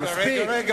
מי שלא יודע,